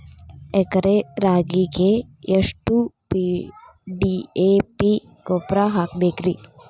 ಎಕರೆ ರಾಗಿಗೆ ಎಷ್ಟು ಡಿ.ಎ.ಪಿ ಗೊಬ್ರಾ ಹಾಕಬೇಕ್ರಿ?